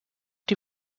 die